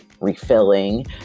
refilling